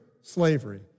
slavery